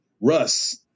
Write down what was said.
Russ